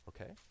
okay